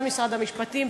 גם משרד המשפטים.